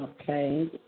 Okay